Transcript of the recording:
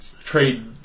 trade